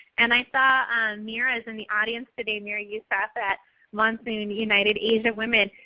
and i saw mira is in the audience today, mira you staff at monsoon united asian women.